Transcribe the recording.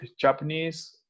Japanese